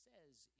says